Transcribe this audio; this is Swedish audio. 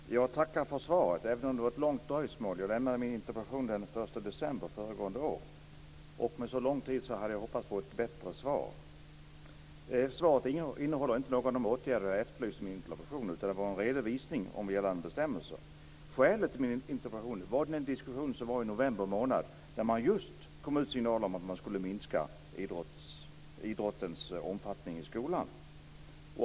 Fru talman! Jag tackar för svaret, även om det varit ett långt dröjsmål. Jag lämnade in min interpellation den 1 december föregående år. Med en så lång tid hade jag hoppats på ett bättre svar. Svaret innehåller inte någon av de åtgärder jag efterlyser i min interpellation, utan det är en redovisning av gällande bestämmelser. Skälet till min interpellation var den diskussion som var i november och där det just kom ut signaler om att man skulle minska idrottens omfattning i skolan.